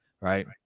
Right